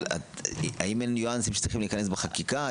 אבל האם אין ניואנסים שצריכים להיכנס לחקיקה?